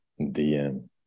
DM